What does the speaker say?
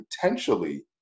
potentially